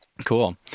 Cool